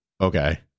okay